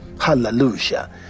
Hallelujah